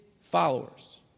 followers